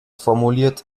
formuliert